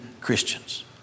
Christians